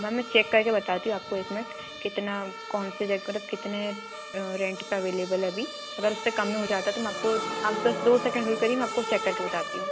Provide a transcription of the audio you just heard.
ma'am मैं check करके बताती हूँ आपको एक मिनट कितना कौन से जगह पर आप कितने रेंट पर अवेलेबल है अभी अगर उससे कम में हो जाता है तो मैं आपको आप बस दो सेकेंड होल्ड करिए मैं आपको चेक करके बताती हूँ